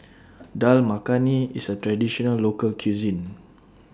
Dal Makhani IS A Traditional Local Cuisine